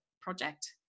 project